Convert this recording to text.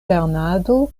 lernado